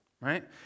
right